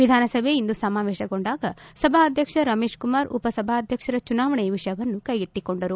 ವಿಧಾನಸಭೆ ಇಂದು ಸಮಾವೇಶಗೊಂಡಾಗ ಸಭಾಧ್ಯಕ್ಷ ರಮೇಶ್ಕುಮಾರ್ ಉಪಸಭಾಧ್ಯಕ್ಷರ ಚುನಾವಣೆ ವಿಷಯವನ್ನು ಕೈಗೆತ್ತಿಕೊಂಡರು